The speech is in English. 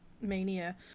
mania